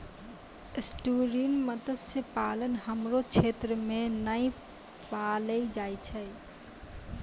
estuarine मत्स्य पालन हमरो क्षेत्र मे नै पैलो जाय छै